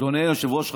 אדוני היושב-ראש,